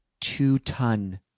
two-ton